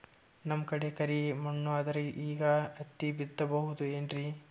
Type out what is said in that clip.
ನಮ್ ಕಡೆ ಕರಿ ಮಣ್ಣು ಅದರಿ, ಈಗ ಹತ್ತಿ ಬಿತ್ತಬಹುದು ಏನ್ರೀ?